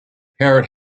parrot